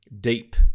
deep